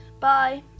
Bye